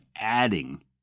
adding